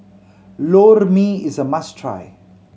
Lor Mee is a must try